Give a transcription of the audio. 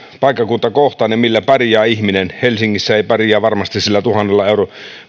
paikkakuntakohtaista millä pärjää ihminen helsingissä ei pärjää varmasti sillä tuhannella eurolla